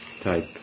type